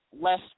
less